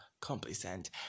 complacent